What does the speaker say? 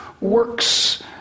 works